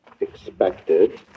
expected